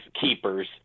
keepers